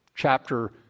chapter